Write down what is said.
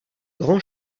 grand